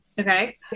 Okay